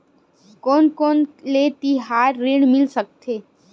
कोन कोन ले तिहार ऋण मिल सकथे?